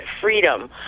freedom